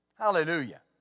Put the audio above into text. Hallelujah